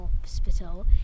hospital